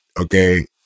Okay